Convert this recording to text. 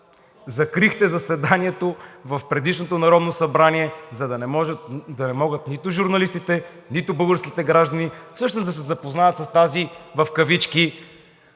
закрихте заседанието в предишното Народно събрание, за да не могат нито журналистите, нито българските граждани всъщност да се запознаят с тази в кавички